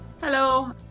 Hello